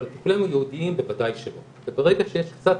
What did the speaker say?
אבל הטיפולים הייעודיים בוודאי שלא וברגע שיש קצת